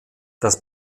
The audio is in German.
das